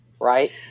right